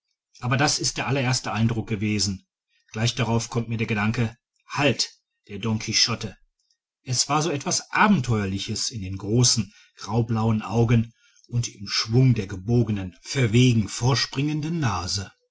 aber das ist der allererste eindruck gewesen gleich darauf kommt mir der gedanke halt der don quichotte es war so etwas abenteuerliches in den großen graublauen augen und im schwung der gebogenen verwegen vorspringenden nase